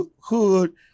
hood